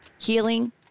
healing